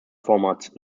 formats